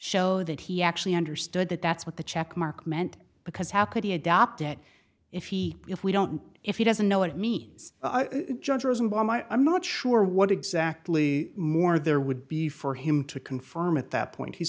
show that he actually understood that that's what the check mark meant because how could he adopt it if he if we don't if he doesn't know what it means judge or isn't by my i'm not sure what exactly more there would be for him to confirm at that point he's